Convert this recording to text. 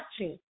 watching